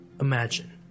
Imagine